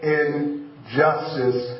injustice